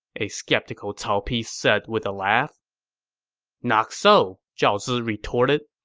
a skeptical cao pi said with a laugh not so, zhao zi retorted.